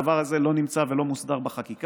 הדבר הזה לא נמצא ולא מוסדר בחקיקה.